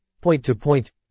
point-to-point